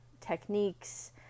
techniques